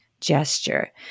gesture